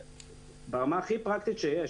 ברמה הכי פרקטית שיש,